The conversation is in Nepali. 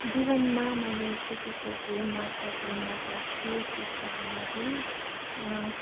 जीवनमा मैले सिकेको केही महत्त्वपूर्ण पाठ चाहिँ के थियो भन्दाखेरि